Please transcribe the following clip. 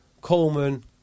Coleman